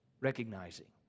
Recognizing